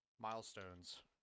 milestones